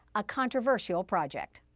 a controversial project.